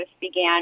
began